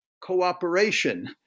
cooperation